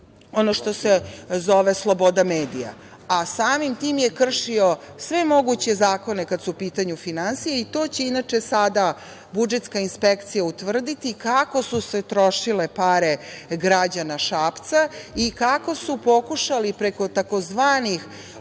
ono što se zove sloboda medija. Samim tim je kršio sve moguće zakone kada su u pitanju finansije i to će inače sada budžetska inspekcija utvrditi kako su se trošile pare građana Šapca i kako su pokušali preko tzv.